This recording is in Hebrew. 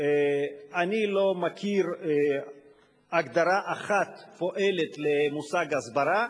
אני לא מכיר הגדרה אחת תואמת למושג "הסברה".